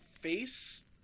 face